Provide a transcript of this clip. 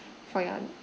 for your